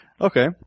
Okay